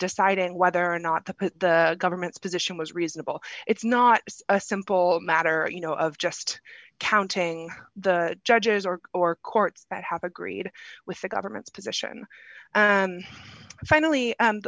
deciding whether or not the government's position was reasonable it's not a simple matter you know of just counting the judges or or courts that have agreed with the government's position and finally